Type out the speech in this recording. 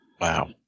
Wow